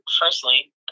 firstly